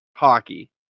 hockey